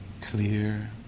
clear